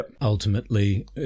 Ultimately